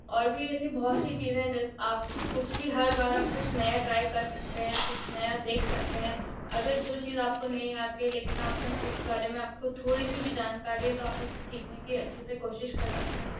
और भी ऐसी बहुत सी चीज़ें हैं जैसे आप कुछ भी हर बार आप कुछ नया ट्राई कर सकते हैं कुछ नया देख सकते हैं अगर जो चीज़ आपको नहीं आती है लेकिन आपने उस बारे में आपको थोड़ी सी भी जानकारी है तो आप उसको सीखने की अच्छे से कोशिश कर सकते हैं